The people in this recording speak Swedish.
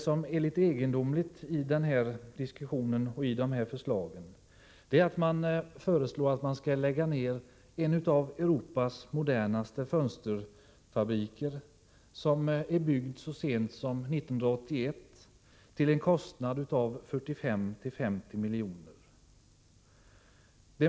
Jag framhöll då att det är egendomligt att man vill lägga ned en av Europas modernaste fönsterfabriker, som är byggd så sent som 1981 till en kostnad av 45-50 milj.kr.